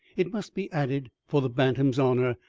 it must be added for the bantam's honour,